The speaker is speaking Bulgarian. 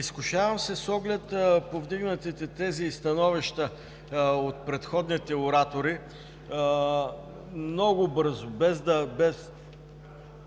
Изкушавам се с оглед повдигнатите тези и становища от предходните оратори много бързо и без да